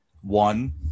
one